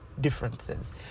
differences